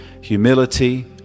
humility